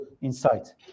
insight